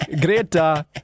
Greta